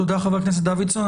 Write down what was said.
תודה, חבר הכנסת דוידסון.